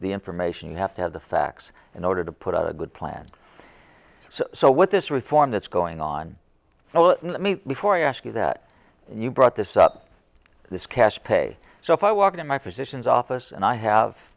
the information you have to have the facts in order to put out a good plan so what this reform that's going on well let me before i ask you that you brought this up this cash pay so if i walk in my physician's office and i have